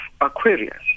Aquarius